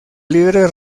líderes